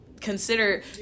consider